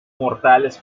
mortales